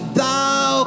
thou